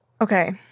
Okay